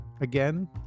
Again